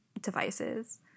devices